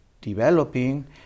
developing